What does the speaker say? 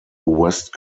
west